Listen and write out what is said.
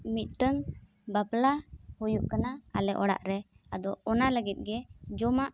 ᱢᱤᱫᱴᱟᱹᱝ ᱵᱟᱯᱞᱟ ᱦᱩᱭᱩᱜ ᱠᱟᱱᱟ ᱟᱞᱮ ᱚᱲᱟᱜ ᱨᱮ ᱟᱫᱚ ᱚᱱᱟ ᱞᱟᱹᱜᱤᱫ ᱜᱮ ᱡᱚᱢᱟᱜ